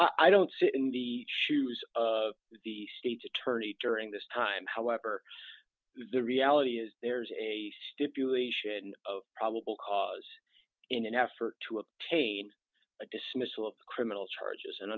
that i don't sit in the shoes of the state's attorney during this time however the reality is there's a stipulation of probable cause in an effort to obtain a dismissal of criminal charges and